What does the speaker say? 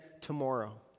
tomorrow